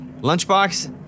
Lunchbox